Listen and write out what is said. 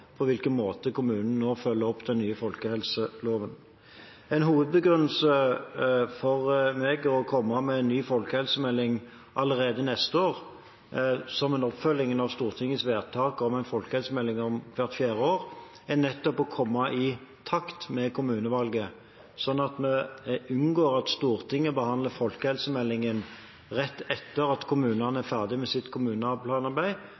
på hvilken måte kommunen følger opp den nye folkehelseloven. En hovedbegrunnelse for meg for å komme med en ny folkehelsemelding allerede neste år, som en oppfølging av Stortingets vedtak om en folkehelsemelding hvert fjerde år, er nettopp å komme i takt med kommunevalget, sånn at vi unngår at Stortinget behandler folkehelsemeldingen rett etter at kommunene